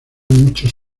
muchos